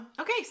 okay